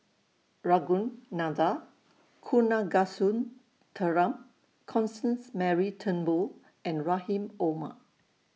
Ragunathar Kanagasuntheram Constance Mary Turnbull and Rahim Omar